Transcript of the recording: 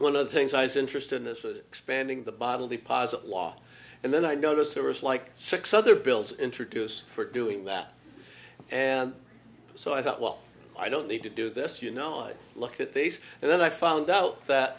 one of the things i was interested in this was expanding the bottle deposit law and then i noticed there was like six other bills introduced for doing that and so i thought well i don't need to do this you know look at this and then i found out that